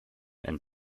and